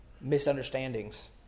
misunderstandings